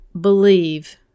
believe